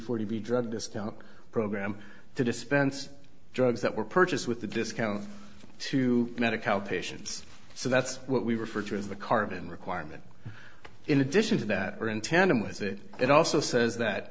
forty drug discount program to dispense drugs that were purchased with the discount to medicare patients so that's what we refer to as the carbon requirement in addition to that are in tandem with that it also says that